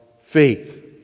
faith